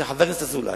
של חבר הכנסת אזולאי,